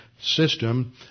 system